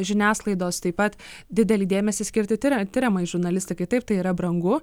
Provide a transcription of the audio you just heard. žiniasklaidos taip pat didelį dėmesį skirti tiria tiriamąjai žurnalistikai taip tai yra brangu